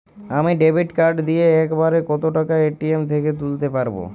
আমি debit card দিয়ে এক বারে কত টাকা এ.টি.এম থেকে তুলতে পারবো?